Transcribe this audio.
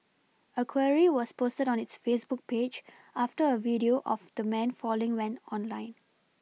a query was posted on its Facebook page after a video of the man falling went online